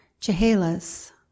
Chehalis